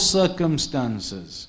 circumstances